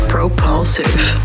Propulsive